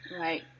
Right